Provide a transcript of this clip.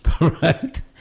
right